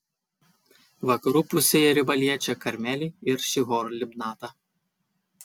vakarų pusėje riba liečia karmelį ir šihor libnatą